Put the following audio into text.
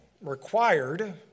required